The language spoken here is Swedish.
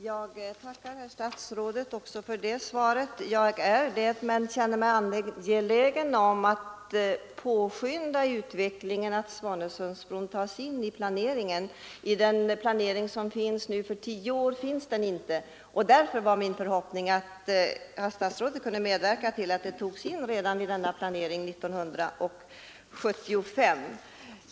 Herr talman! Jag tackar herr statsrådet också för det svaret. Jag är medveten om hur det förhåller sig men är angelägen att påskynda utvecklingen, så att Svanesundsbron tas in i planeringen. I den planering som nu föreligger tio år framåt finns den inte med, och det var min förhoppning att herr statsrådet skulle kunna medverka till att den togs in i planeringen redan 1975.